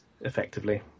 effectively